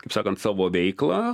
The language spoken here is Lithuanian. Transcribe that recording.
kaip sakant savo veiklą